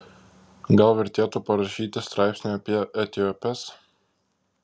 gal vertėtų parašyti straipsnių apie etiopes